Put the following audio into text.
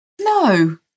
No